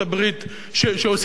שהוסיף שמן למדורה,